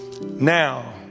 now